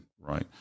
right